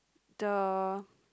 the